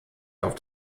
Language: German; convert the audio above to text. auf